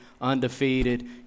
undefeated